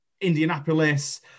Indianapolis